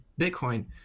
Bitcoin